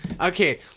Okay